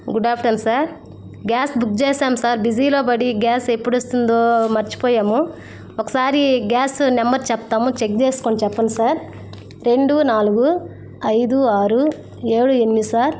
good afternoon sir gas book చేసాము sir బిజీలో పడి గ్యాస్ ఎప్పుడొస్తుందో మరచిపోయాము ఒకసారి గ్యాస్ నెంబర్ చెప్తాము చెక్ చేసుకొని చెప్పండి సార్ రెండు నాలుగు ఐదు ఆరు ఏడు ఎనిమిది సార్